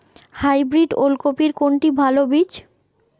Hybrid ওল কপির কোনটি ভালো বীজ?